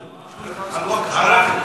חזרנו, חזרנו ומוטב לחזור.